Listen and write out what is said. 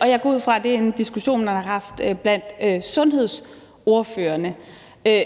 og jeg går ud fra, at det er en diskussion, man har haft blandt sundhedsordførerne.